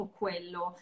quello